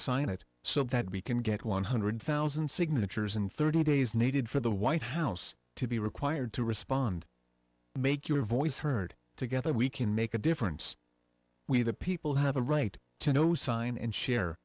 sign it so that we can get one hundred thousand signatures in thirty days needed for the white house to be required to respond make your voice heard together we can make a difference we the people have a right to know sign and share